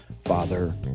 father